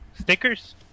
stickers